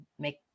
make